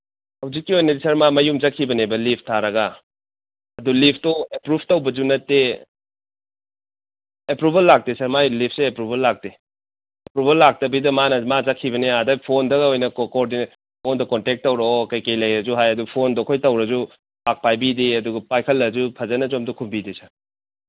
ꯍꯧꯖꯤꯛꯀꯤ ꯑꯣꯏꯅꯗꯤ ꯁꯥꯔ ꯃꯥ ꯃꯌꯨꯝ ꯆꯠꯈꯤꯕꯅꯦꯕ ꯂꯤꯞ ꯊꯥꯔꯒ ꯑꯗꯨ ꯂꯤꯞꯇꯣ ꯑꯦꯄ꯭ꯔꯨꯞ ꯇꯧꯕꯁꯨ ꯅꯠꯇꯦ ꯑꯦꯄ꯭ꯔꯨꯚꯦꯜ ꯂꯥꯛꯇꯦ ꯁꯥꯔ ꯃꯥꯏ ꯂꯤꯞꯁꯦ ꯑꯦꯄ꯭ꯔꯨꯚꯦꯜ ꯂꯥꯛꯇꯦ ꯑꯦꯄ꯭ꯔꯨꯚꯦꯜ ꯂꯥꯛꯇꯕꯤꯗ ꯃꯥꯅ ꯃꯥ ꯆꯠꯈꯤꯕꯅꯦ ꯑꯥꯗ ꯐꯣꯟꯗ ꯑꯣꯏꯅ ꯀꯣꯑꯣꯔꯗꯤꯅꯦꯠ ꯃꯉꯣꯟꯗ ꯀꯣꯟꯇꯦꯛ ꯇꯧꯔꯛꯑꯣ ꯀꯩꯀꯩ ꯂꯩꯔꯁꯨ ꯍꯥꯏ ꯑꯗꯨ ꯐꯣꯟꯗꯣ ꯑꯩꯈꯣꯏ ꯇꯧꯔꯁꯨ ꯃꯥ ꯄꯥꯏꯕꯤꯗꯦ ꯑꯗꯨꯒ ꯄꯥꯏꯈꯠꯂꯁꯨ ꯐꯖꯅꯁꯨ ꯑꯝꯇ ꯈꯨꯝꯕꯤꯗꯦ ꯁꯥꯔ